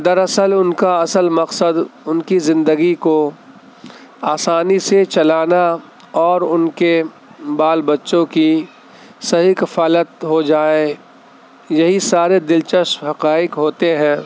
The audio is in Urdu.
دراصل ان کا اصل مقصد ان کی زندگی کو آسانی سے چلانا اور ان کے بال بچوں کی صحیح کفالت ہو جائے یہی سارے دلچسپ حقائق ہوتے ہیں